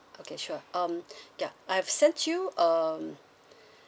okay sure um ya I've sent you um